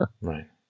Right